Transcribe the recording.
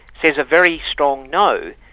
says a very strong no,